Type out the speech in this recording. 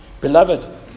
Beloved